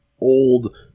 old